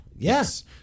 Yes